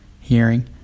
hearing